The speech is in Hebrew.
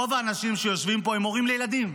רוב האנשים שיושבים פה הם הורים לילדים.